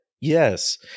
Yes